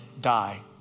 die